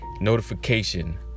notification